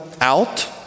out